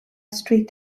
street